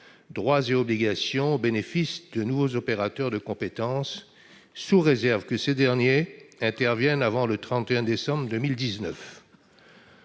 droits et obligations au bénéfice des nouveaux opérateurs de compétences, sous réserve que ces derniers interviennent avant le 31 décembre 2019.